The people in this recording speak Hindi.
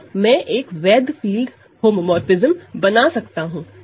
और मैं एक वैलिड फील्ड होमोमोरफ़िज्म बना सकता हूं